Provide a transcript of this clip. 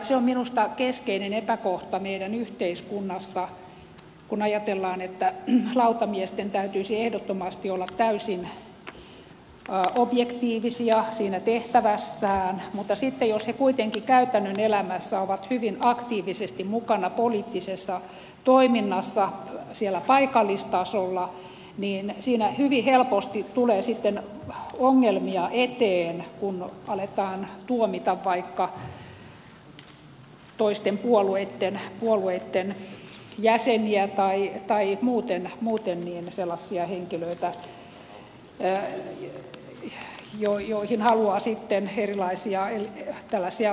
se on minusta keskeinen epäkohta meidän yhteiskunnassa kun ajatellaan että lautamiesten täytyisi ehdottomasti olla täysin objektiivisia siinä tehtävässään mutta sitten jos he kuitenkin käytännön elämässä ovat hyvin aktiivisesti mukana poliittisessa toiminnassa siellä paikallistasolla siinä hyvin helposti tulee sitten ongelmia eteen kun aletaan tuomita vaikka toisten puolueitten jäseniä tai muuten sellaisia henkilöitä joihin haluaa erilaisia kaunoja purkaa